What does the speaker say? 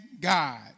God